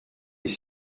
les